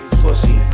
pussy